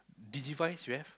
Digivise you have